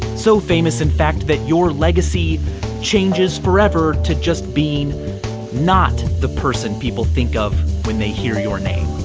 so famous in fact that your legacy changes forever to just being not the person people think of when they hear your name.